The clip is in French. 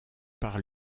par